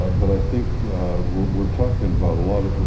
ah but i think we're we're talking about a lot of,